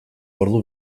ordu